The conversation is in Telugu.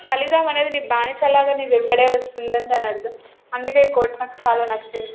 ఫలితం అనేది నీ బానిసలాగా నీ వెంబడే వస్తుందని దానర్థం అందుకే ఈ కోట్ నాకు చాలా నచ్చింది